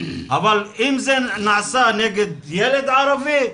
אבל אם זה נעשה נגד ילד ערבי,